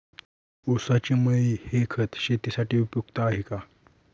ऊसाची मळी हे खत शेतीसाठी उपयुक्त आहे का?